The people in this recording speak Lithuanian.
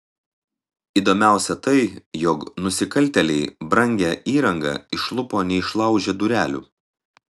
įdomiausia tai jog nusikaltėliai brangią įrangą išlupo neišlaužę durelių